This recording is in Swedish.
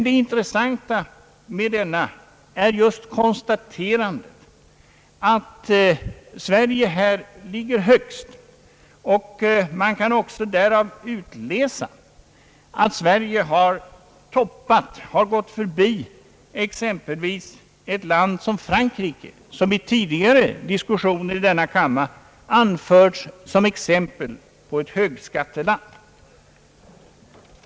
Det intressanta är dock att man kan konstatera att Sverige ligger högst. Man kan också utläsa att Sverige har gått förbi exempelvis Frankrike, som vid tidigare diskussioner i denna kam mare anförts som exempel på ett högskatteland.